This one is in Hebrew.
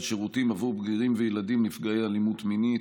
שירותים עבור בגירים וילדים נפגעי אלימות מינית.